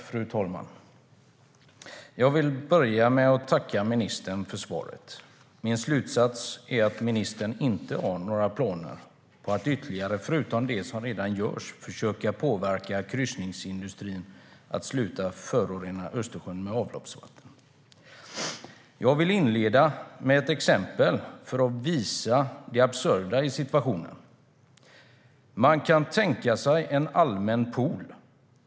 Fru talman! Jag vill börja med att tacka ministern för svaret. Min slutsats är att ministern inte har några planer på att, utöver det som redan görs, försöka påverka kryssningsindustrin att sluta förorena Östersjön med avloppsvatten. Jag vill inleda med ett exempel, för att visa det absurda i situationen. Vi kan tänka oss en allmän pool.